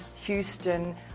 Houston